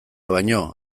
baino